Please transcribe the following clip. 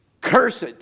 Cursed